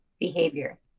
behavior